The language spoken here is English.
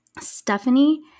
Stephanie